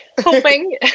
hoping